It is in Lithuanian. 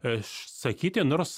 išsakyti nors